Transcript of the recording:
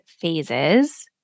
phases